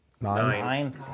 Nine